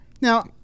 Now